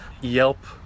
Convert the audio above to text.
yelp